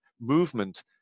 movement